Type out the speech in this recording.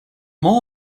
all